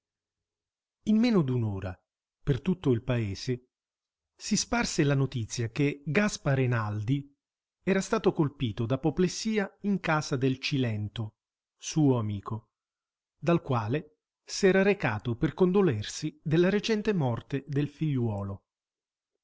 in meno d'un'ora per tutto il paese si sparse la notizia che gaspare naldi era stato colpito d'apoplessia in casa del cilento suo amico dal quale s'era recato per condolersi della recente morte del figliuolo